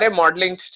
modeling